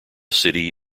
city